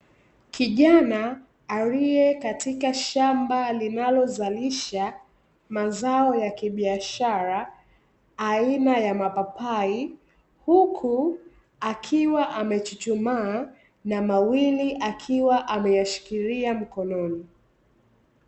Kijana aliyekatika shamba linalozalisha mazao ya kibiashara, aina ya mapapai huku akiwa amechuchumaa na mawili akiwa ameyashika mkononi.